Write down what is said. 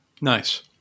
Nice